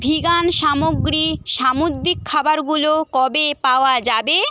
vegan সামগ্রী সামুদ্রিক খাবারগুলো কবে পাওয়া যাবে